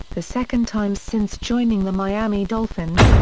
the second time since joining the miami dolphins,